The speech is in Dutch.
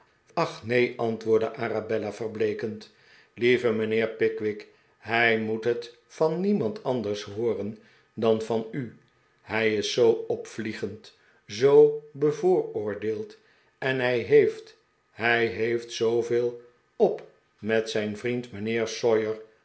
ach neen antwoordde arabella verbleekend lieve mijnheer pickwick hij moet het van niemand anders hooren dan van u hij is zoo opvliegend zoo bevooroordeeld en hij heeft hij heeft zoo veel op met zijn vriend mijnheer